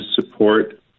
support